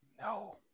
No